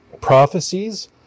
prophecies